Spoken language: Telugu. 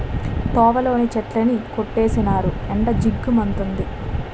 తోవలోని చెట్లన్నీ కొట్టీసినారు ఎండ జిగ్గు మంతంది